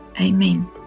Amen